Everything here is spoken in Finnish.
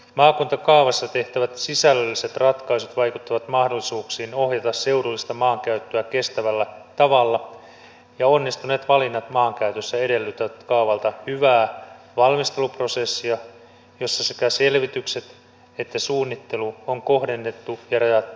maakuntakaavassa tehtävät sisällölliset ratkaisut vaikuttavat mahdollisuuksiin ohjata seudullista maankäyttöä kestävällä tavalla ja onnistuneet valinnat maankäytössä edellyttävät kaavalta hyvää valmisteluprosessia jossa sekä selvitykset että suunnittelu on kohdennettu ja rajattu oikein